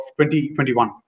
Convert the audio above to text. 2021